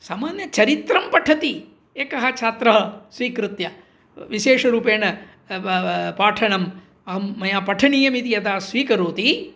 सामान्यचरित्रं पठति एकः छात्रः स्वीकृत्य विशेषरूपेण पाठनम् अहं मया पठनीयमिति यदा स्वीकरोति